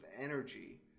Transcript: energy